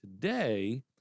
Today